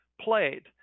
played